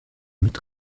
mit